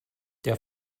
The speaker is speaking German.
der